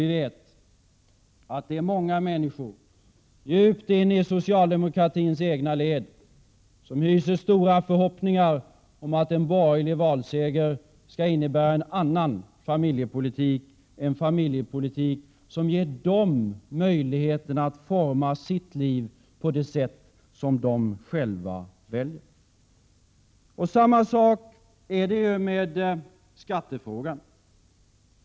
Vi vet att många människor djupt inne i socialdemokratins egna led hyser stora förhoppningar om att en borgerlig valseger skall innebära en annan familjepolitik — en familjepolitik som ger dem möjligheten att forma sitt liv på det sätt som de själva väljer. Det är samma sak med skattefrågan.